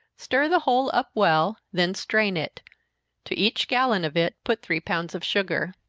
stir the whole up well, then strain it to each gallon of it put three pounds of sugar.